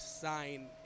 sign